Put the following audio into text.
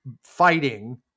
fighting